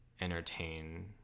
entertain –